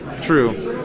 True